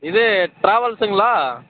இது ட்ராவல்ஸ்சுங்களா